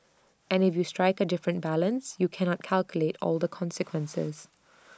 and if you strike A different balance you cannot calculate all the consequences